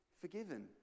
forgiven